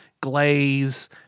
glaze